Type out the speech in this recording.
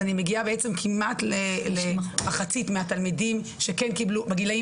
אני מגיעה כמעט למחצית מהתלמידים בגילים